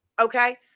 Okay